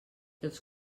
els